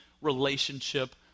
relationship